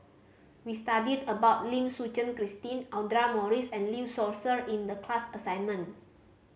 we studied about Lim Suchen Christine Audra Morrice and Lee Seow Ser in the class assignment